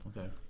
okay